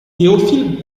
théophile